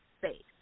space